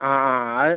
ആ ആ അത്